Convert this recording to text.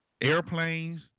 airplanes